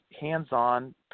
hands-on